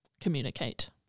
communicate